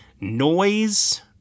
noise